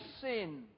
sin